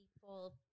people